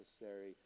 necessary